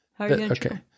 Okay